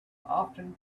often